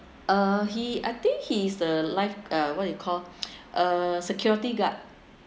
uh he I think he is the life uh what do you call uh security guard